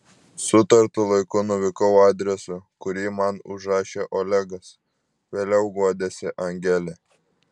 sutartu laiku nuvykau adresu kurį man užrašė olegas vėliau guodėsi angelė